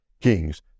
kings